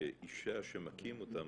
שאישה שמכים אותה,